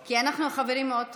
כי אנחנו חברים מאוד טובים,